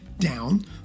down